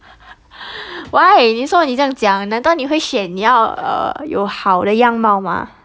why 为什么你这样讲难道你会选你要有 uh 好的样貌吗